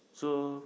so